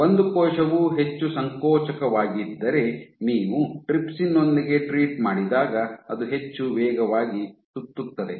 ಒಂದು ಕೋಶವು ಹೆಚ್ಚು ಸಂಕೋಚಕವಾಗಿದ್ದರೆ ನೀವು ಟ್ರಿಪ್ಸಿನ್ ನೊಂದಿಗೆ ಟ್ರೀಟ್ ಮಾಡಿದಾಗ ಅದು ಹೆಚ್ಚು ವೇಗವಾಗಿ ಸುತ್ತುತ್ತದೆ